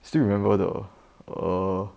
still remember the err